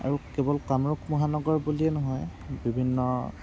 আৰু কেৱল কামৰূপ মহানগৰ বুলিয়ে নহয় বিভিন্ন